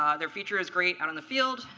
um their feature is great out in the field.